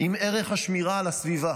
עם ערך השמירה על הסביבה.